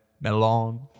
Melon